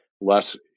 less